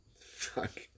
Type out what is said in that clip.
Fuck